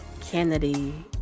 Kennedy